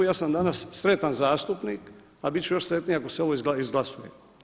I ja sam danas sretan zastupnik a biti ću još sretniji ako se ovo izglasuje.